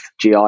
GI